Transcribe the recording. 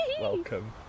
welcome